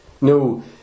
No